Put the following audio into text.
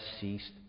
ceased